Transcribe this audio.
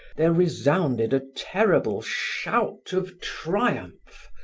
there resounded a terrible shout of triumph,